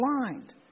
blind